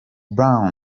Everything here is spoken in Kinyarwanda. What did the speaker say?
brown